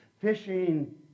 Fishing